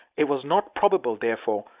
it was not probable, therefore,